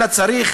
אלא צריך